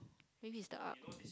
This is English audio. maybe stuck